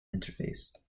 interface